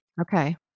Okay